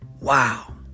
wow